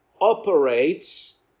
Operates